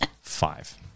five